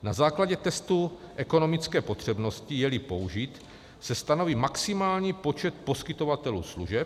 Na základě testu ekonomické potřebnosti, jeli použit, se stanoví maximální počet poskytovatelů služeb.